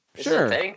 Sure